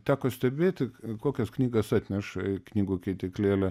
teko stebėti kokias knygas atneša į knygų keityklėlę